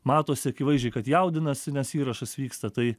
matosi akivaizdžiai kad jaudinasi nes įrašas vyksta tai